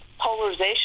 polarization